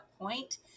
point